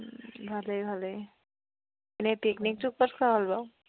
ভালেই ভালেই এনেই পিকনিকটো ক'ত খোৱা হ'ল বাৰু